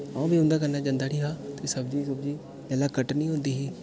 ते अ'ऊं बी उंदे कन्नै जंदा उठी हा ते सब्जी सूब्जी जेल्लै कट्टनी होंदी ही